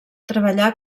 treballà